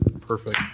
Perfect